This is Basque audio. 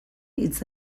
hitz